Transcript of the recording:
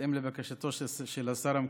בהתאם לבקשתו של השר המקשר,